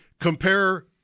compare